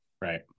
Right